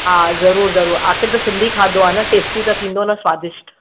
हा ज़रूरु जरूरु आख़िरि त सिंधी खाधो आहे न टेस्टी त थींदो न स्वादिष्ट